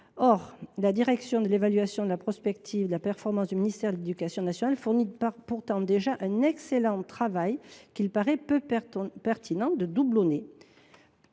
La direction de l’évaluation, de la prospective et de la performance (Depp) du ministère de l’éducation nationale fournit pourtant déjà un excellent travail, qu’il paraît peu pertinent de doublonner.